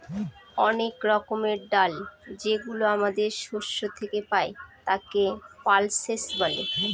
অনেক রকমের ডাল যেগুলো আমাদের শস্য থেকে পাই, তাকে পালসেস বলে